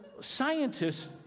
scientists